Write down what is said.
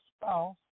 spouse